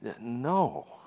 No